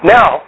Now